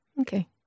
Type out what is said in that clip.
Okay